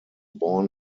born